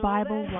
Bible